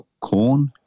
corn